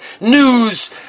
news